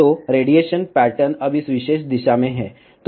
तो radiation pattern अब इस विशेष दिशा में है